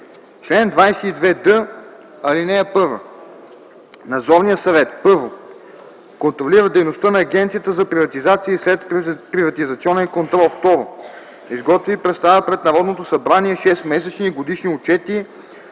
Чл. 22д. (1) Надзорният съвет: 1. контролира дейността на Агенцията за приватизация и следприватизационен контрол; 2. изготвя и представя пред Народното събрание 6-месечни и годишни отчети